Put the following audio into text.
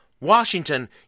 Washington